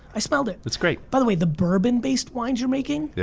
i smelled it. it's great. by the way the bourbon based wines you're making,